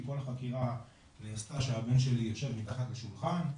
כל החקירה נעשתה כשהבן שלי יושב מתחת לשולחן.